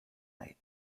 night